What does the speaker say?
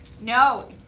No